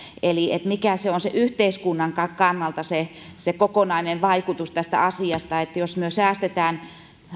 eli mikä on yhteiskunnan kannalta se se kokonainen vaikutus tästä asiasta jos me säästämme